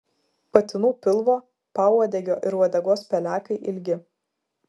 patinų pilvo pauodegio ir uodegos pelekai ilgi